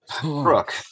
Brooke